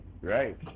right